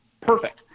Perfect